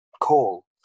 call